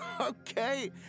Okay